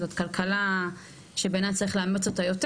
זאת כלכלה שבעיניי צריך לאמץ אותה יותר.